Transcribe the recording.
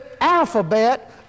alphabet